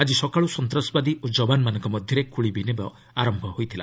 ଆଜି ସକାଳୁ ସନ୍ତାସବାଦୀ ଓ କୱାନମାନଙ୍କ ମଧ୍ୟରେ ଗୁଳିବିନିମୟ ଆରମ୍ଭ ହୋଇଛି